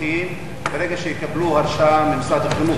הזמן.